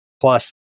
plus